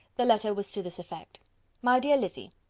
the letter was to this effect my dear lizzy,